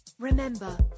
Remember